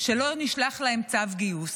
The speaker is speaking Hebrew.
שלא נשלח להם צו גיוס.